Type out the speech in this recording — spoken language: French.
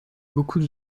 beaucoup